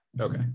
okay